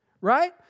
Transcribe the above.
right